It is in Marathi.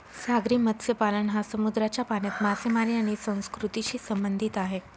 सागरी मत्स्यपालन हा समुद्राच्या पाण्यात मासेमारी आणि संस्कृतीशी संबंधित आहे